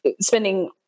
spending